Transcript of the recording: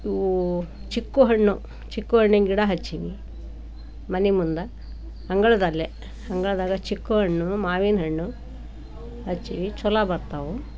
ಇವು ಚಿಕ್ಕು ಹಣ್ಣು ಚಿಕ್ಕು ಹಣ್ಣಿನ ಗಿಡ ಹಚ್ಚೀವಿ ಮನೆ ಮುಂದೆ ಅಂಗಳದಲ್ಲೇ ಅಂಗಳದಾಗ ಚಿಕ್ಕು ಹಣ್ಣು ಮಾವಿನ ಹಣ್ಣು ಹಚ್ಚೀವಿ ಛಲೋ ಬರ್ತಾವು